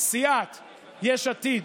סיעת יש עתיד